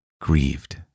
grieved